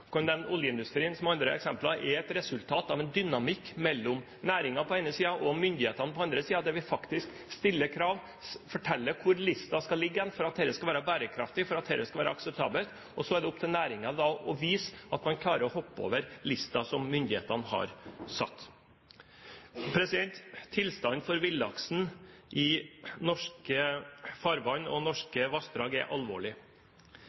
oljeindustrien som et annet eksempel – er et resultat av en dynamikk mellom næringen på den ene siden og myndighetene på den andre siden, der vi faktisk stiller krav, forteller hvor lista skal ligge for at dette skal være bærekraftig, for at dette skal være akseptabelt. Så er det opp til næringen å vise at man klarer å hoppe over lista som myndighetene har satt. Tilstanden for villaksen i norske farvann og norske vassdrag er alvorlig.